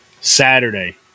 Saturday